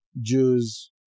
Jews